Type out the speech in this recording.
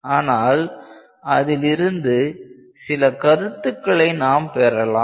ஆனால் அதிலிருந்து சில கருத்துக்களை நாம் பெறலாம்